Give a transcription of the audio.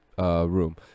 Room